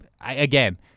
again